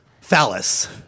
phallus